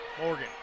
Morgan